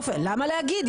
למה להגיד?